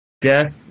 Death